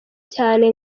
cyane